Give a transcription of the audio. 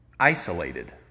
isolated